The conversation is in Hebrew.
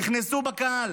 נכנסו בקהל.